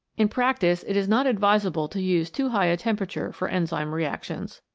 in prac tice it is not advisable to use too high a temperature for enzyme reactions.